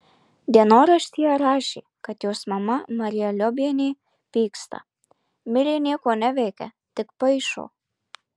dienoraštyje rašė kad jos mama marija liobienė pyksta milė nieko neveikia tik paišo